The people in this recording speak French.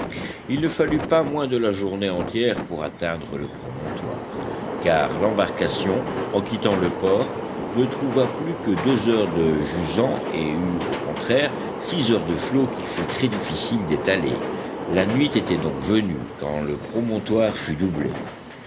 il ne fallut pas moins de la journée entière pour atteindre le promontoire car l'embarcation en quittant le port ne trouva plus que deux heures de jusant et eut au contraire six heures de flot qu'il fut très difficile d'étaler la nuit était donc venue quand le promontoire fut doublé